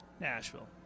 Nashville